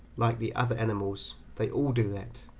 like the other animals. they all do that.